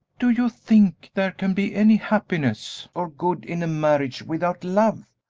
do you think there can be any happiness or good in a marriage without love?